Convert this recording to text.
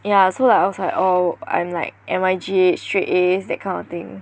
yeah so like I was like oh I'm like N_Y_G_H straight A's that kind of thing